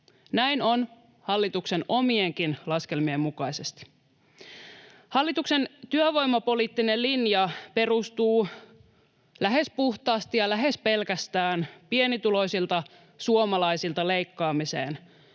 Näin on hallituksen omienkin laskelmien mukaisesti. Hallituksen työvoimapoliittinen linja perustuu lähes puhtaasti ja lähes pelkästään pienituloisilta suomalaisilta leikkaamiseen,